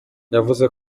yavuze